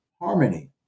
harmony